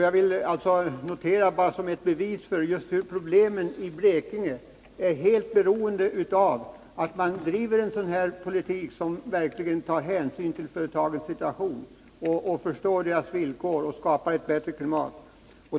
Jag vill notera att situationen i Blekinge är helt beroende av att man bedriver en politik som verkligen tar hänsyn till företagens situation, av att man förstår deras villkor, medger högre lönsamhet och skapar ett bättre klimat.